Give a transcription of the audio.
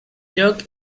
lloc